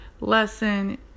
lesson